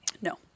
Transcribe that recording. no